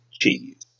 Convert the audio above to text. cheese